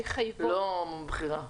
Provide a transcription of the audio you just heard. לא מבחירה.